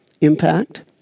impact